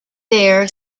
there